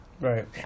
Right